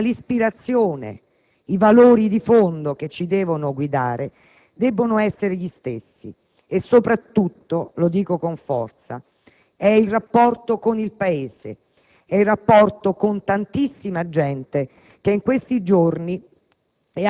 ma l'ispirazione, i valori di fondo che ci devono guidare debbono essere gli stessi, e soprattutto - lo dico con forza - è il rapporto con il Paese, il rapporto con tantissima gente che in questi giorni,